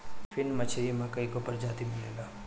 फिन मछरी के कईगो प्रजाति मिलेला